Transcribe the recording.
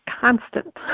constant